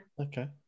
Okay